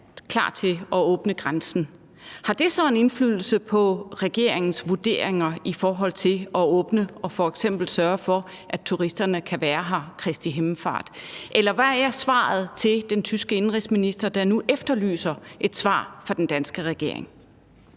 klar til at åbne grænsen. Har det så en indflydelse på regeringens vurderinger i forhold til at åbne og f.eks. sørge for, at turisterne kan være her i Kristi himmelfartsferien, eller hvad er svaret til den tyske indenrigsminister, der nu efterlyser et svar fra den danske regering?